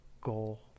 goal